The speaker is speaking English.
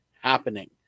happening